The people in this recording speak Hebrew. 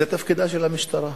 זה תפקידה של המשטרה.